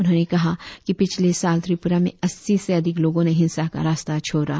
उन्होंने कहा कि पिछले साल त्रिपुरा में अस्सी से अधिक लोगों ने हिंसा का रास्ता छोड़ा